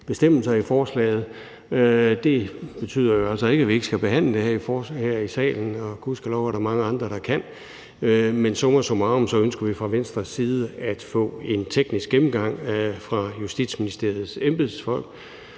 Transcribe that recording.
bestemmelser i forslaget. Det betyder jo altså ikke, at vi ikke skal behandle det her i salen – og gudskelov er der mange andre, der kan – men summa summarum ønsker vi fra Venstres side at få en teknisk gennemgang af Justitsministeriets embedsfolk